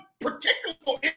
particular